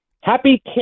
Happy